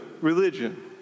religion